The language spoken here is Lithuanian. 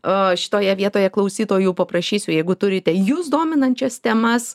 o šitoje vietoje klausytojų paprašysiu jeigu turite jus dominančias temas